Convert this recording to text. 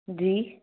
जी